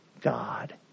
God